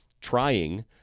trying